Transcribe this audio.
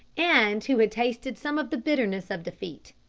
and who had tasted some of the bitterness of defeat.